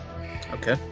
Okay